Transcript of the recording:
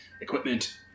equipment